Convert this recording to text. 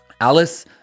Alice